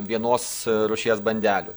vienos rūšies bandelių